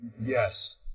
yes